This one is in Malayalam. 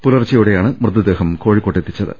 പുലർച്ചെയോടെയാണ് മൃത ദേഹം കോഴിക്കോട്ട് എത്തിച്ചത്